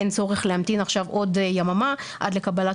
אין צורך להמתין עכשיו עוד יממה עד לקבלת